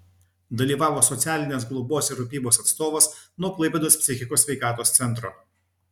dalyvavo socialinės globos ir rūpybos atstovas nuo klaipėdos psichikos sveikatos centro